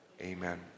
Amen